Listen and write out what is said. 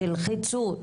תלחצו,